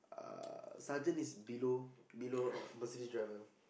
uh sergeant is below below Mercedes driver